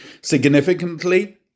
Significantly